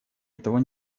этого